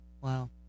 Wow